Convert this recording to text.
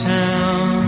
town